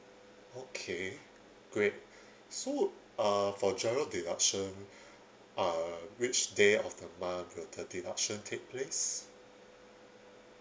okay great so uh for GIRO deduction uh which day of the month will the deduction take place